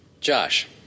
Josh